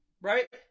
right